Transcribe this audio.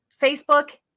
Facebook